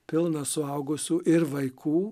pilna suaugusių ir vaikų